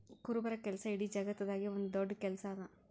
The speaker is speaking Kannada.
ಕುರುಬರ ಕೆಲಸ ಇಡೀ ಜಗತ್ತದಾಗೆ ಒಂದ್ ದೊಡ್ಡ ಕೆಲಸಾ ಅದಾ